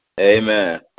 Amen